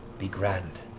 be grand.